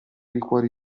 liquori